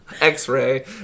X-ray